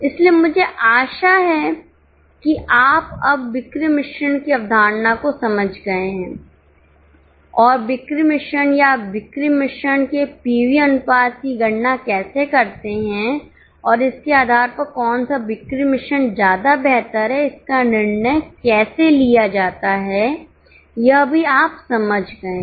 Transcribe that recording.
इसलिए मुझे आशा है कि आप अब बिक्री मिश्रण की अवधारणा को समझ गए हैं और बिक्री मिश्रण या बिक्री मिश्रण के पीवी अनुपात की गणना कैसे करते हैं और इसके आधार पर कौन सा बिक्री मिश्रण ज्यादा बेहतर है इसका निर्णय कैसे लिया जाता है यह भी आप समझ गए हैं